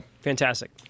Fantastic